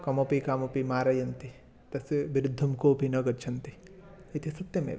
कमपि कामपि मारयन्ति तस्य विरुद्धं केऽपि न गच्छन्ति इति सत्यमेव